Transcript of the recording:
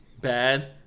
bad